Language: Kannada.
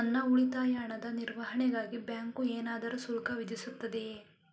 ನನ್ನ ಉಳಿತಾಯ ಹಣದ ನಿರ್ವಹಣೆಗಾಗಿ ಬ್ಯಾಂಕು ಏನಾದರೂ ಶುಲ್ಕ ವಿಧಿಸುತ್ತದೆಯೇ?